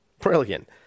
Brilliant